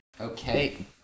Okay